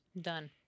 done